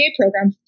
program